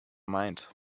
mind